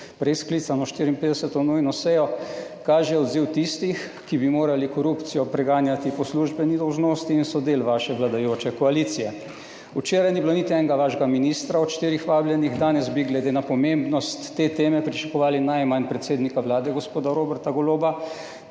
prej sklicano 54. nujno sejo, kaže odziv tistih, ki bi morali korupcijo preganjati po službeni dolžnosti in so del vaše vladajoče koalicije. Včeraj ni bilo niti enega vašega ministra od štirih vabljenih. Danes bi glede na pomembnost te teme pričakovali najmanj predsednika vlade gospoda Roberta Goloba,